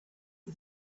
for